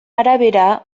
arabera